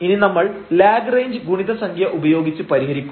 ഇനി നമ്മൾ ലാഗ്റേഞ്ച് ഗുണിത സംഖ്യ ഉപയോഗിച്ച് പരിഹരിക്കും